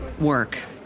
work